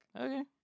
Okay